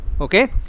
Okay